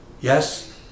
Yes